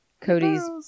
Cody's